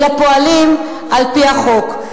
אלא פועלים על-פי החוק.